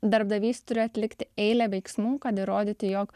darbdavys turi atlikti eilę veiksmų kad įrodyti jog